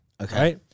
Okay